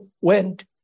went